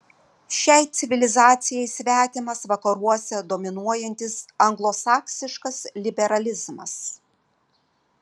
šiai civilizacijai svetimas vakaruose dominuojantis anglosaksiškas liberalizmas